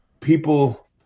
people